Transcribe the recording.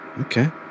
Okay